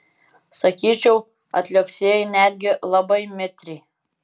sakyčiau atliuoksėjai netgi labai mitriai